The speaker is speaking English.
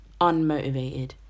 unmotivated